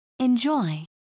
Enjoy